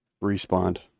Respond